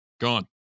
Gone